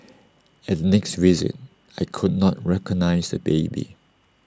at next visit I could not recognise the baby